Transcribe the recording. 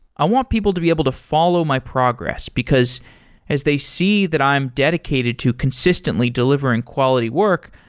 i want people to be able to follow my progress, because as they see that i'm dedicated to consistently delivering quality work,